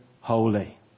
holy